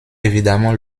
évidemment